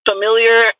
familiar